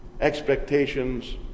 expectations